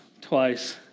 twice